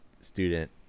student